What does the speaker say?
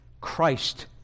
Christ